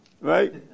Right